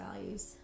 values